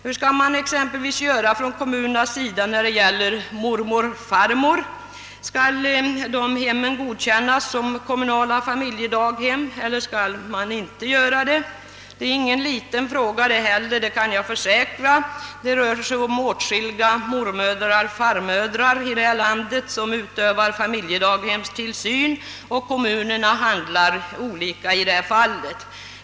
Hur skall exempelvis kommunerna göra när det gäller mormor—farmor? Skall deras hem godkännas som kommunala familjedaghem? Det är ingen liten fråga, det kan jag försäkra. Åtskilliga mormödrar och farmödrar här i landet utövar familjedaghemstillsyn, och kommunerna handlar olika i detta fall.